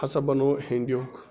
ہَسا بَنو ہینٛدُک